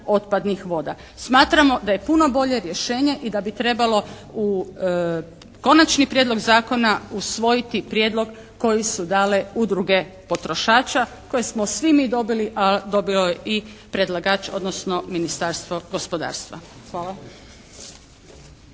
otpadnih voda. Smatramo da je puno bolje rješenje i da bi trebalo u Konačni prijedlog zakona usvojiti prijedlog koji su dale udruge potrošača koje smo svi mi dobili, a dobio je i predlagač odnosno Ministarstvo gospodarstva.